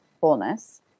wholeness